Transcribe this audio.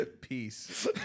Peace